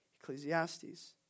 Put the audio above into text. Ecclesiastes